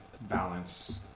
balance